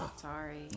Sorry